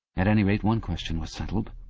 at any rate, one question was settled.